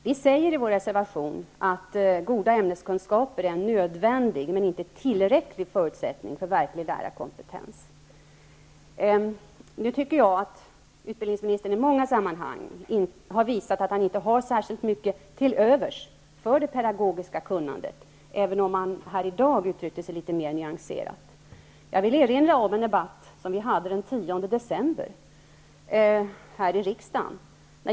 Vi säger i vår reservation att goda ämneskunskaper är en nödvändig men inte tillräcklig förutsättning för verklig lärarkompetens. Nu tycker jag att utbildningsministern i många sammanhang har visat att han inte har särskilt mycket till övers för det pedagogiska kunnandet, även om han just i dag uttrycker sig litet mer nyanserat. Jag vill erinra om en debatt som vi hade den 10 december här i riksdagen.